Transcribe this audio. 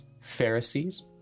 Pharisees